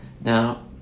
Now